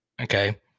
Okay